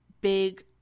big